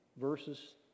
verses